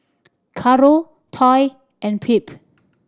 Caro Toy and Phebe